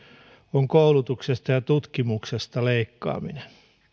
on koulutuksesta ja tutkimuksesta leikkaaminen